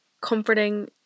comforting